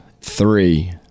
three